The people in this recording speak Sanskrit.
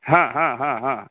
हा हा हा हा